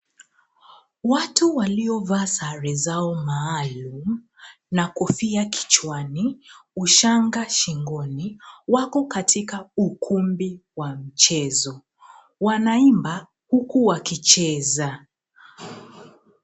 Watu waliovalia sare zao maalum na kofia kichwani, ushanga shingoni wako katika ukumbi wa michezo. Wanaimba huku wakicheza.